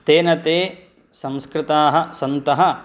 तेन ते संस्कृताः सन्तः